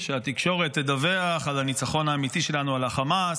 שהתקשורת תדווח על הניצחון האמיתי שלנו על החמאס,